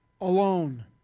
alone